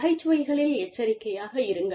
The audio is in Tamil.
நகைச்சுவைகளில் எச்சரிக்கையாக இருங்கள்